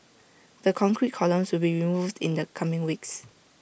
the concrete columns will be removed in the coming weeks